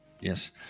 Yes